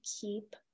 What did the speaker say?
keep